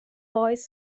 boys